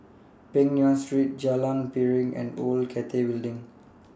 Peng Nguan Street Jalan Piring and Old Cathay Building